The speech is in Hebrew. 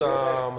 בוקר טוב לכולם.